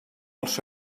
els